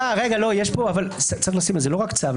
לא, רגע, זה לא רק צו.